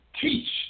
Teach